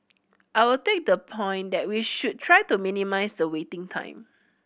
I will take the point that we should try to minimise the waiting time